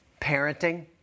Parenting